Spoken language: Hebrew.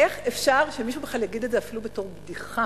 איך אפשר שמישהו בכלל יגיד את זה אפילו בתור בדיחה,